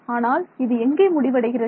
ஆனால் இது எங்கே முடிவடைகிறது